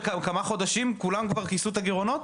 בכמה חודשים כולם כבר כיסו את הגירעונות?